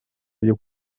byo